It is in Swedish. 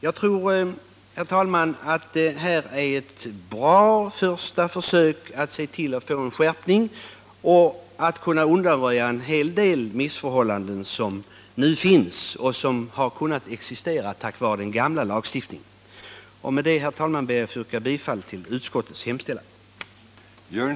Jag tror att lagförslaget kan ses som ett bra första försök att få en skärpning till stånd på det här området och att undanröja en hel del av de missförhållanden som nu finns och som har kunnat existera genom den tidigare lagstiftningen. Med detta, herr talman, ber jag att få yrka bifall till utskottets hemställan.